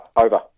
Over